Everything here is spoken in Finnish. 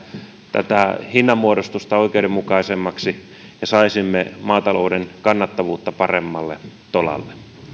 tätä hinnanmuodostusta oikeudenmukaisemmaksi ja saisimme maatalouden kannattavuutta paremmalle tolalle